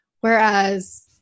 Whereas